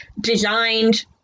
designed